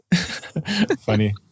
Funny